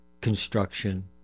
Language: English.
construction